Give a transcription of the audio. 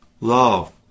love